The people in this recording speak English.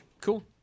cool